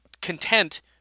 content